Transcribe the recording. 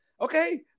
okay